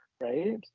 right